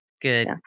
Good